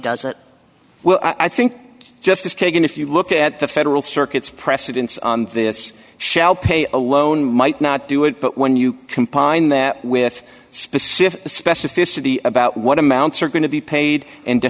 does it well i think justice kagan if you look at the federal circuits precedents this shall pay alone might not do it but when you combine that with specific specificity about what amounts are going to be paid and to